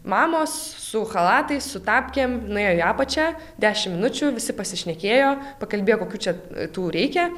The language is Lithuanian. mamos su chalatais su tapkėm nuėjo į apačią dešim minučių visi pasišnekėjo pakalbėjo kokių čia tų reikia